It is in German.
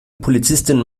polizistin